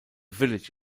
village